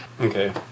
Okay